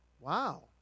Wow